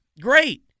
Great